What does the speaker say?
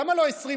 למה לא 20%?